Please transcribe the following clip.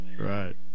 Right